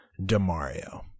DeMario